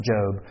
Job